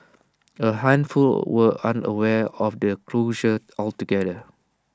A handful were unaware of the closure altogether